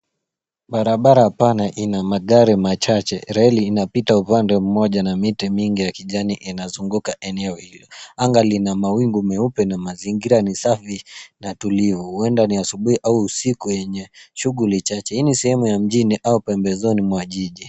Barabara pana ina magari machache. Reli inapita kwa upande mmoja na miti mingi ya kijani inazunguka eneo hilo. Anga lina mawingu meupe na mazingira ni safi na tulivu. Huendaa ni asubuhi au usiku yenye shughuli chache. Hii ni sehemu ya mjini au pembezoni mwa jiji.